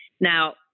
Now